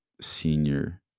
senior